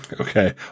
Okay